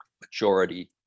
majority